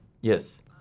Yes